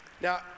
now